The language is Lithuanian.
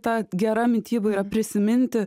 ta gera mityba yra prisiminti